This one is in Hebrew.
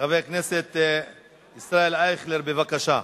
חבר הכנסת ישראל אייכלר, בבקשה.